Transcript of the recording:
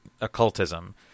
occultism